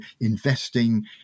investing